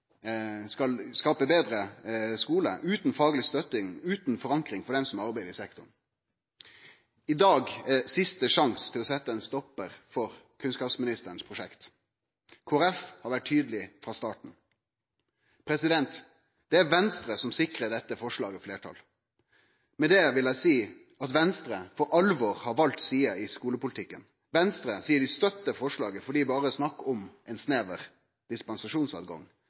skal skape betre skule, er utan fagleg støtte og utan fagleg forankring hos dei som arbeider i sektoren. I dag er siste sjanse til å setje ein stoppar for kunnskapsministerens prosjekt. Kristeleg Folkeparti har vore tydeleg frå starten. Det er Venstre som sikrar fleirtal for dette forslaget. Med det vil eg seie at Venstre for alvor har valt side i skulepolitikken. Venstre seier at dei støttar forslaget fordi det berre er snakk om ein snever